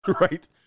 right